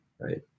right